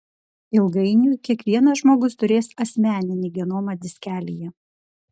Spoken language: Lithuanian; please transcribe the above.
ilgainiui kiekvienas žmogus turės asmeninį genomą diskelyje